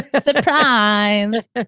Surprise